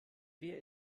wer